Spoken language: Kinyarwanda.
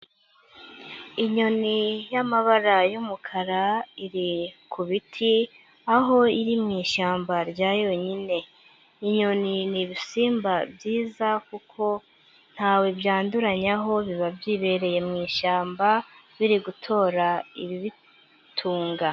Inyoni y'amabara y'amukara iri ku biti, aho iri mu ishyamba rya yonyine. Inyoni ni ibisimba byiza kuko ntawe byanduranyaho, biba byibereye mu ishyamba, biri gutora ibibitunga.